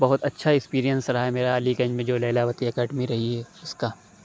بہت اچھا ایکسپیریئنس رہا میرا علی گنج میں جو لیلاوتی اکیڈمی رہی ہے اُس کا